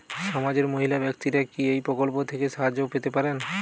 সমাজের মহিলা ব্যাক্তিরা কি এই প্রকল্প থেকে সাহায্য পেতে পারেন?